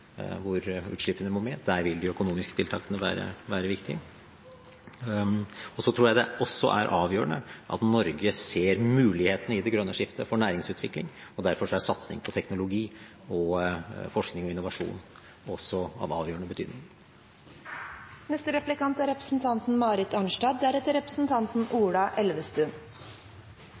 hvor utslippene må ned. Der vil de økonomiske tiltakene være viktige. Jeg tror også det er avgjørende at Norge ser mulighetene for næringsutvikling i det grønne skiftet. Derfor er satsing på teknologi, forskning og innovasjon av avgjørende betydning. Jeg vil også få lov til å ønske den nye statsråden lykke til. Det er